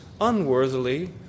unworthily